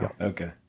Okay